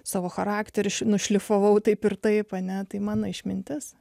savo charakterį nušlifavau taip ir taip mane tai mano išmintis